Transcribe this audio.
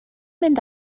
mynd